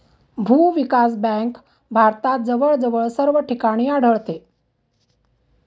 भूविकास बँक भारतात जवळजवळ सर्व ठिकाणी आढळते